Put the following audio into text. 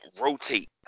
rotate